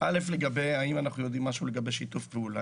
האם אנחנו יודעים משהו לגבי שיתוף פעולה.